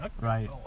Right